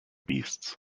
beasts